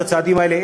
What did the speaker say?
את הצעדים האלה,